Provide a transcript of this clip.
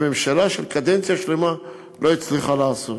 שממשלה של קדנציה שלמה לא הצליחה לעשות.